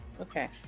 Okay